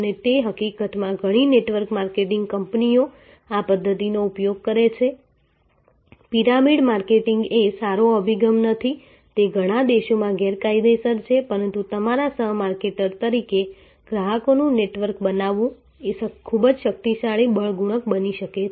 અને તે હકીકતમાં ઘણી નેટવર્ક માર્કેટિંગ કંપનીઓ આ પદ્ધતિનો ઉપયોગ કરે છે પિરામિડ માર્કેટિંગ એ સારો અભિગમ નથી તે ઘણા દેશોમાં ગેરકાયદેસર છે પરંતુ તમારા સહ માર્કેટર તરીકે ગ્રાહકોનું નેટવર્ક બનાવવું એ ખૂબ શક્તિશાળી બળ ગુણક બની શકે છે